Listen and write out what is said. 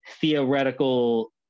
theoretical